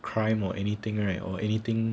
crime or anything right or anything